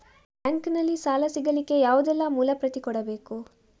Bank ನಲ್ಲಿ ಸಾಲ ಸಿಗಲಿಕ್ಕೆ ಯಾವುದೆಲ್ಲ ಮೂಲ ಪ್ರತಿ ಕೊಡಬೇಕು?